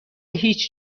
هیچ